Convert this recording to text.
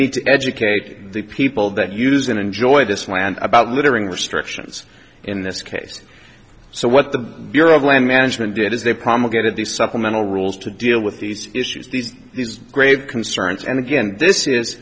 need to educate the people that use and enjoy this land about littering restrictions in this case so what the bureau of land management did is they promulgated these supplemental rules to deal with these issues these these grave concerns and again this is